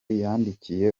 yandikiye